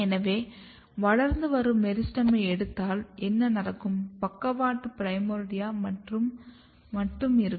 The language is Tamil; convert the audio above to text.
எனவே வளர்ந்து வரும் மெரிஸ்டெமை எடுத்தால் என நடக்கும் பக்கவாட்டு பிரைமோர்டியா மட்டும் இருக்கும்